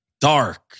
dark